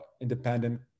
independent